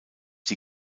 die